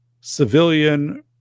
civilian